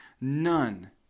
none